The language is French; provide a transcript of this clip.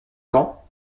quand